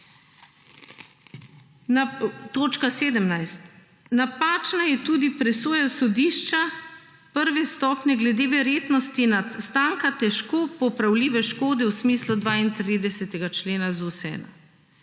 Točka 17: »Napačna je tudi presoja sodišča prve stopnje glede verjetnosti nastanka težko popravljive škode v smislu 32. člena ZUS-1.«